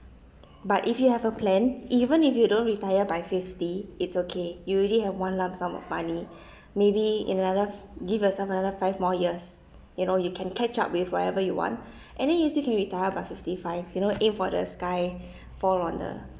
but if you have a plan even if you don't retire by fifty it's okay you already have one lump sum of money maybe in another give yourself another five more years you know you can catch up with whatever you want and then you still can retire by fifty five you know aim for the sky fall on the